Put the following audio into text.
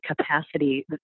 capacity